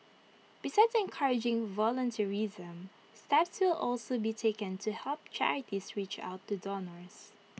besides encouraging volunteerism steps will also be taken to help charities reach out to donors